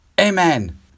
Amen